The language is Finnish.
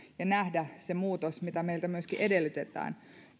ja nähdä se muutos mitä meiltä myöskin edellytetään